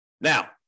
Now